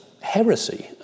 heresy